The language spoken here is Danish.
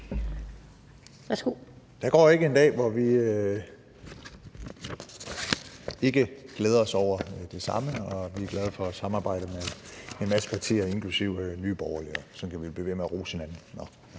Der går ikke en dag, hvor vi ikke glæder os over det samme. Og vi er glade for samarbejdet med en masse partier, inklusive Nye Borgerlige. Sådan kan vi blive ved med at rose hinanden.